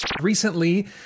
Recently